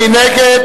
מי נגד?